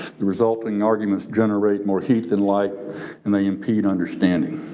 the resulting arguments generate more heat than light and they impede understanding.